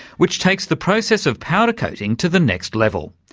which takes the process of powder coating to the next level.